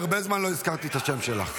הרבה זמן לא הזכרתי את השם שלך.